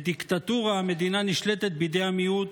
בדיקטטורה המדינה נשלטת בידי המיעוט,